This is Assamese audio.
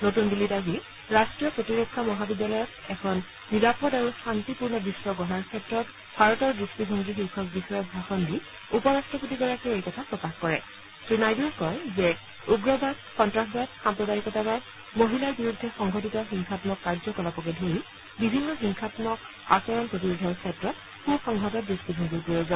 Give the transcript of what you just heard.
নতুন দিল্লীত আজি ৰাট্টীয় প্ৰতিৰক্ষা মহাবিদ্যালয়ৰ এখন নিৰাপদ আৰু শান্তিপূৰ্ণ বিশ্ব গঢ়াৰ ক্ষেত্ৰত ভাৰতৰ দৃষ্টিভংগী শীৰ্ষক বিষয়থ ভাষণ দি উপ ৰাট্টপতিগৰাকীয়ে এই কথা প্ৰকাশ কৰে শ্ৰীনাইডুৱে কয় যে উগ্ৰবাদ সন্ত্ৰাসবাদ সাম্প্ৰদায়িকতাবাদ মহিলাৰ বিৰুদ্ধে সংঘটিত হিংসান্মক কাৰ্য্য কলাপকে ধৰি বিভিন্ন হিংসামক আচৰণ প্ৰতিৰোধৰ ক্ষেত্ৰত সুসংহত দৃষ্টিভংগীৰ প্ৰয়োজন